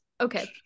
Okay